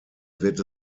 wird